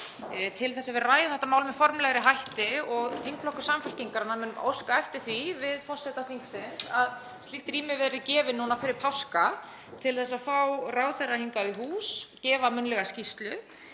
til að ræða þetta mál með formlegri hætti. Þingflokkur Samfylkingarinnar mun óska eftir því við forseta þingsins að slíkt rými verði gefið núna fyrir páska til að fá ráðherra hingað í hús og gefa munnlega skýrslu